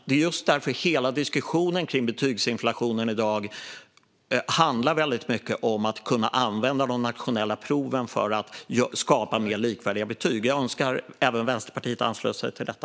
Det är därför hela diskussionen kring betygsinflationen i dag handlar om att kunna använda de nationella proven för att skapa mer likvärdiga betyg. Jag önskar att även Vänsterpartiet kunde ansluta sig till detta.